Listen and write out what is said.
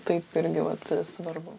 taip irgi vat svarbu